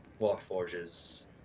Warforges